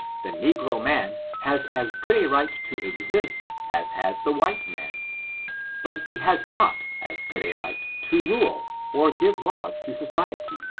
the negro man has as good a right to exist as has the white man but he has not as good a right to rule or give laws to society.